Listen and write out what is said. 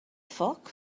foc